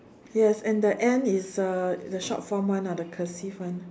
yes and the and is a the short form one ah the cursive one